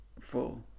full